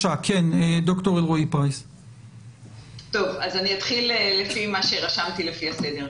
אני אתחיל לפי מה שרשמתי, לפי הסדר.